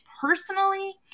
personally